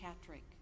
Patrick